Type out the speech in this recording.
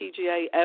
PGA